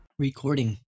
Recording